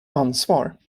ansvar